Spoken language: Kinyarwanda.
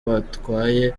batwaye